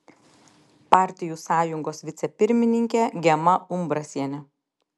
partijų sąjungos vicepirmininkė gema umbrasienė